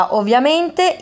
ovviamente